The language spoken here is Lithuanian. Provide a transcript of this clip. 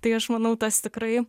tai aš manau tas tikrai